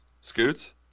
Scoots